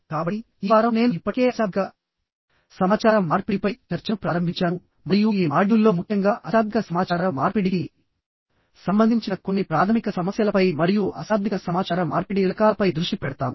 కాబట్టి ఈ వారం నేను ఇప్పటికే అశాబ్దిక సమాచార మార్పిడిపై చర్చను ప్రారంభించాను మరియు ఈ మాడ్యూల్లో ముఖ్యంగా అశాబ్దిక సమాచార మార్పిడికి సంబంధించిన కొన్ని ప్రాథమిక సమస్యలపై మరియు అశాబ్దిక సమాచార మార్పిడి రకాలపై దృష్టి పెడతాము